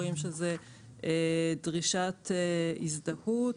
שזאת דרישת הזדהות,